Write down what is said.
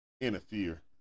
interfere